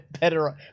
Better